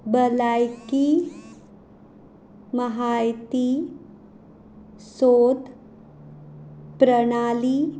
भलायकी म्हायती सोद प्रणाली